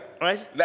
Right